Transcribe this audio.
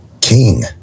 king